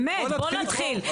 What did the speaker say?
באמת, בואו נתחיל.